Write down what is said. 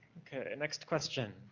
okay, next question.